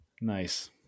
nice